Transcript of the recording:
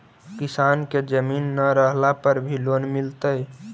किसान के जमीन न रहला पर भी लोन मिलतइ?